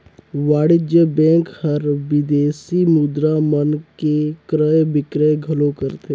वाणिज्य बेंक हर विदेसी मुद्रा मन के क्रय बिक्रय घलो करथे